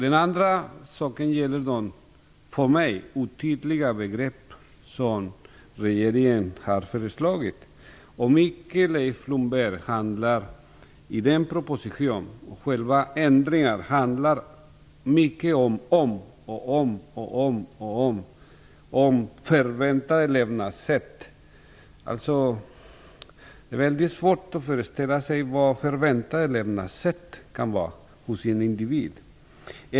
Den andra saken gäller de för mig otydliga begrepp som regeringen har föreslagit. Många av ändringarna i propositionen, Leif Blomberg, gäller "om", "om" och "om". Det handlar om "förväntat levnadssätt". Det är väldigt svårt att föreställa sig vad "förväntat levnadssätt" kan vara hos en individ.